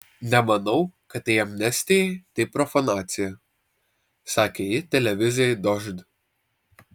nemanau kad tai amnestijai tai profanacija sakė ji televizijai dožd